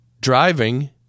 driving